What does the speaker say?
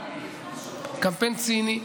קמפיין ציני,